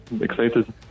Excited